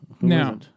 now